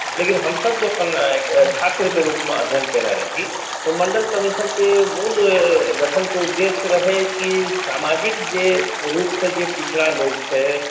लेकिन हमसभ जे अपन छात्रके रूपमे अध्ययन कयने रही तऽ मण्डल कमीशनके मूल गठनके उद्देश्य रहय कि समाजिक जे रूपसँ जे पिछड़ा लोक छै